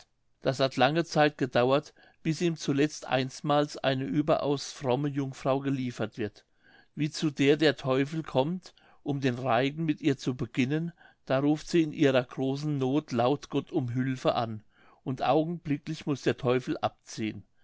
das hat lange zeit gedauert bis ihm zuletzt einstmals eine überaus fromme jungfrau geliefert wird wie zu der der teufel kommt um den reigen mit ihr zu beginnen da ruft sie in ihrer großen noth laut gott um hülfe an und augenblicklich muß der teufel abziehen